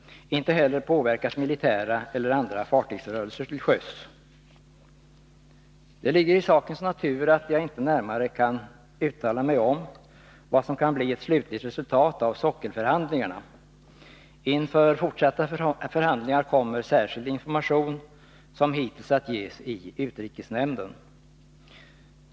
Inte heller påverkas militära eller andra fartygsrörelser till sjöss. Det ligger i sakens natur att jag inte närmare kan uttala mig om vad som kan bli ett slutligt resultat av sockelförhandlingarna. Inför fortsatta förhandlingar kommer särskild information som hittills att ges i utrikesnämnden.